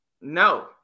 no